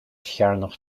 chearnach